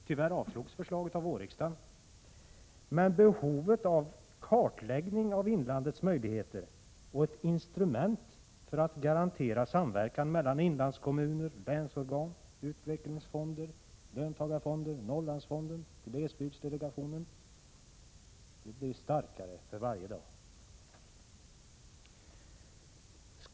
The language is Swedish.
Tyvärr avslogs förslaget av vårriksdagen, men behovet av kartläggning av inlandets möjligheter och ett instrument för att garantera samverkan mellan inlandskommuner, länsorgan, utvecklingsfonder, löntagarfonder, Norrlandsfonden och glesbygdsdelegationen blir starkare för varje dag.